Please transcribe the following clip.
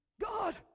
God